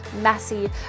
messy